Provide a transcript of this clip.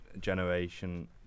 generation